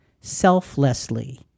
selflessly